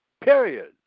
period